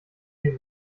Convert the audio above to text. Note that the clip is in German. den